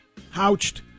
Houched